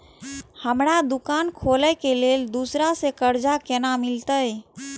हमरा दुकान खोले के लेल दूसरा से कर्जा केना मिलते?